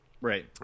Right